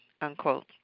unquote